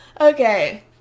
Okay